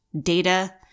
data